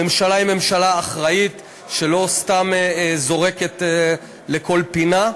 הממשלה היא ממשלה אחראית, שלא סתם זורקת לכל פינה.